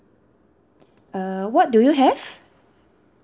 uh what do you have